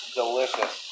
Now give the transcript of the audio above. delicious